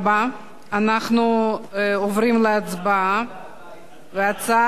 אנחנו עוברים להצבעה על הצעת חוק איסור